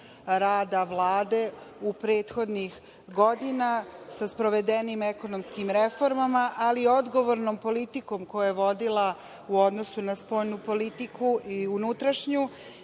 rada Vlade u prethodnim godinama sa sprovedenim ekonomskim reformama, ali odgovornom politikom koju je vodila u odnosu na spoljnu politiku i unutrašnju